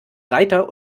reiter